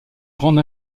grande